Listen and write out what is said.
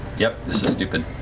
yep, this is stupid.